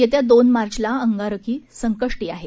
येत्या दोन मार्चला अंगारकी संकष्टी आहे